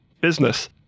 business